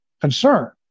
concern